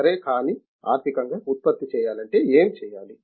సరే కానీ ఆర్థికంగా ఉత్పత్తి చేయాలంటే ఏమి చేయాలి